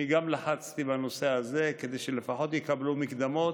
אני גם לחצתי בנושא הזה כדי שלפחות יקבלו מקדמות,